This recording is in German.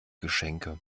geschenke